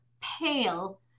pale